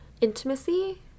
intimacy